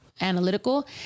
analytical